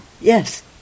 Yes